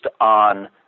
on